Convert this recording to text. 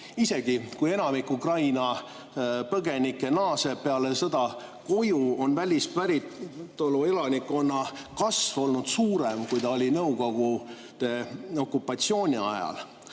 Isegi kui enamik Ukraina põgenikke naaseb peale sõda koju, on välispäritolu elanikkonna kasv olnud suurem, kui ta oli Nõukogude okupatsiooni ajal.